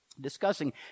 discussing